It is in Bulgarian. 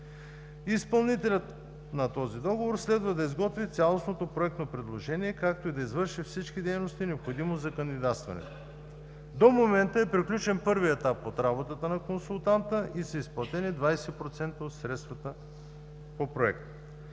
Изпълнителят на този договор следва да изготви цялостното проектно предложение, както и да извърши всички дейности, необходими за кандидатстване. До момента е приключен първият етап от работата на консултанта и са изплатени 20% от средствата по проекта.